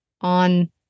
on